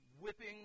whipping